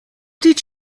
did